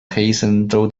黑森州